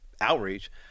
outreach